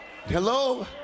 hello